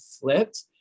flipped